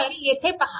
तर येथे पहा